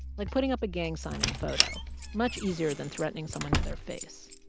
like putting up a gang sign in a photo much easier than threatening someone to their face.